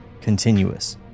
Continuous